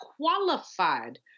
qualified